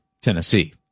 Tennessee